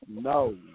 No